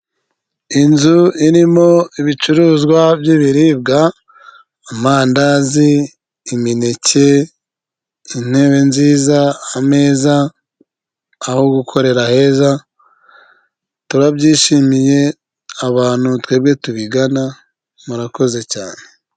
Inzu irimo ibicuruzwa by'ibiribwa; amandazi, imineke, intebe nziza, ameza, aho gukorera heza, turabyishimiye abantu twebwe tubigana. Murakoze cyane!